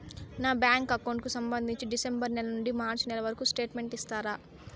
నా bank account కు సంబంధించి డిసెంబరు నెల నుండి మార్చి నెలవరకు స్టేట్మెంట్ ఇస్తారా?